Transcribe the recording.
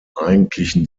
eigentlichen